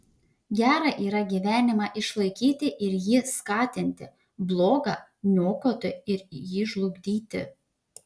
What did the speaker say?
gera yra gyvenimą išlaikyti ir jį skatinti bloga niokoti ir jį žlugdyti